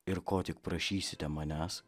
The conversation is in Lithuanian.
ir ko tik prašysite manęs